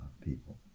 people